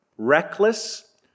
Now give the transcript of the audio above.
Reckless